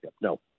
no